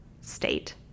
state